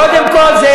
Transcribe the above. קודם כול,